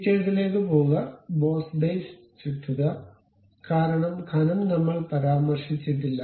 ഫീച്ചേഴ്സിലേക്ക് പോകുക boss base ചുറ്റുക കാരണം കനം നമ്മൾ പരാമർശിച്ചിട്ടില്ല